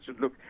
Look